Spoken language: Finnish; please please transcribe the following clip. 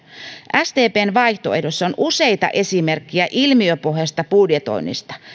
sdpn vaihtoehdossa on useita esimerkkejä ilmiöpohjaisesta budjetoinnista